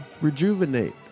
rejuvenate